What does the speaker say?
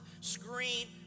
screen